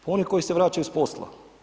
Pa oni koji se vraćaju s posla.